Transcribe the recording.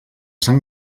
sant